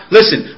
listen